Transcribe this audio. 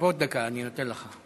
מפה דקה אני נותן לך.